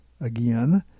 again